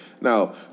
Now